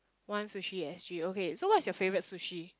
one sushi S_G okay so what is your favourite sushi